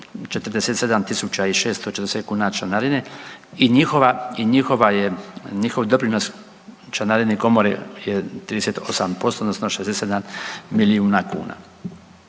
i 640 kuna članarine i njihova je, njihov doprinos članarini Komore je 38% odnosno 67 milijuna kuna.